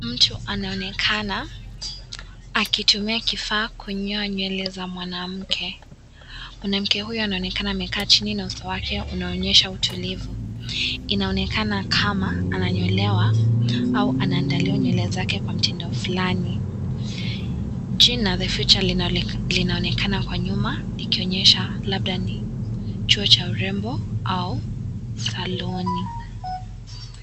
Mtu anaonekana aktumia kifaa kunyoa nywele za mwanamke mwanamke huyu anaonekana amekaa chini na uso wake unaonyesha utulivu inaonekana kama ananyolewa ama anaandaliwa nywele zake kwa mtindo fulani jina the future linaonekana kwa nyuma likionyesha labda ni chuo cha urembo au saloni.